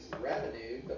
revenue